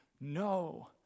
No